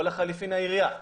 או לחלופין העירייה.